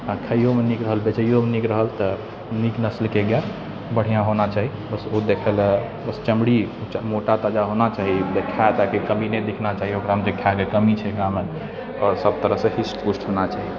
आओर खाइओमे नीक रहल बेचैओमे नीक रहल तऽ नीक नसलके गाइ बढ़िआँ होना चाही बस ओ देखैलए बस चमड़ी मोटा ताजा होना चाही खाइ ताइके कमी नहि होना चाही एकरामे आओर सब तरहसँ हिस्ट पुस्ट होना चाही